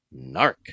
NARC